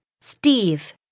Steve